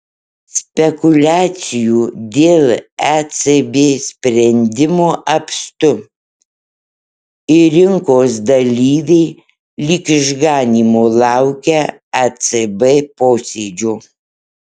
spekuliacijų dėl ecb sprendimo apstu ir rinkos dalyviai lyg išganymo laukia ecb posėdžio